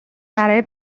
برای